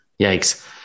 Yikes